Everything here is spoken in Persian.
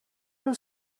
روز